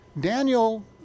Daniel